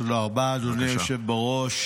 תודה רבה, אדוני היושב בראש.